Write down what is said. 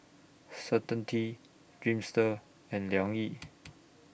Certainty Dreamster and Liang Yi